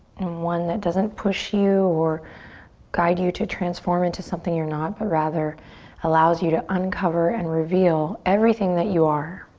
and one that doesn't push you or guide you to transform into something you're not but rather allows you to uncover and reveal everything that you are.